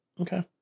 Okay